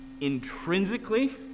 intrinsically